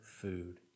food